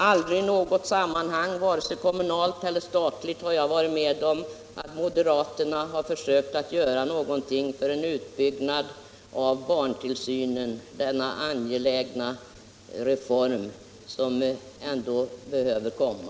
Aldrig i något sammanhang vare sig kommunalt eller statligt har jag varit med om att moderaterna försökt göra någonting för en utbyggnad av barntillsynen, denna angelägna reform som behöver komma.